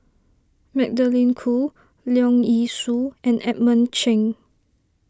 Magdalene Khoo Leong Yee Soo and Edmund Cheng